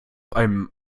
einem